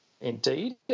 Indeed